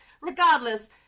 Regardless